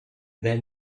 then